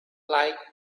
like